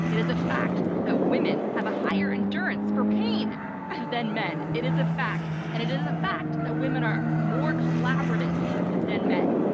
it is a fact that women have a higher endurance for pain than men. it is a fact, and it is a fact that women are more collaborative than men.